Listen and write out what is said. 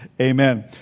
amen